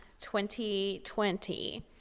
2020